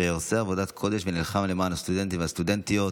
שעושה עבודת קודש ונלחם למען הסטודנטים והסטודנטיות